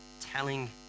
telling